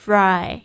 Fry